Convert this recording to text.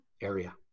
area